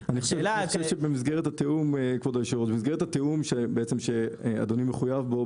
אני חושב שבמסגרת התיאום שאדוני מחויב בו,